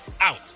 out